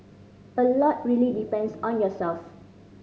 a lot really depends on yourself